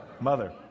Mother